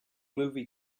movie